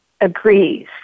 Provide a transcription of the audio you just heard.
agrees